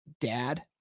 dad